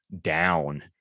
down